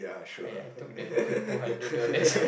I I took the two two hundred dollars